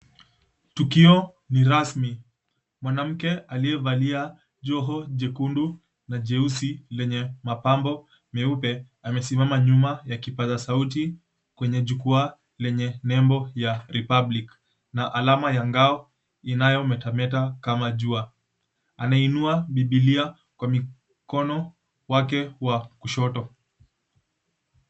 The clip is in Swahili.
Tukio ni rasmi, mwanamke aliyevalia joho jekundu na jeusi lenye mapambo meupe amesimama nyuma na kipasa sauti kwenye jukwa lenye nembo ya Republic, na alama ya ngao inayo metameta kama jua. Anainua Bibilia kwa mkono wake wa kushoto.